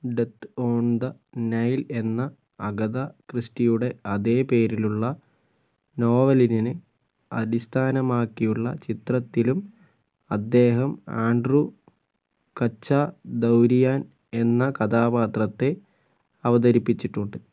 death on the Nile എന്ന Agatha ക്രിസ്റ്റിയുടെ അതേ പേരിലുള്ള നോവലിന് അടിസ്ഥാനമാക്കിയുള്ള ചിത്രത്തിലും അദ്ദേഹം ആൻഡ്രൂ കച്ചാദൗരിയാൻ എന്ന കഥാപാത്രത്തെ അവതരിപ്പിച്ചിട്ടുണ്ട്